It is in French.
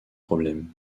problèmes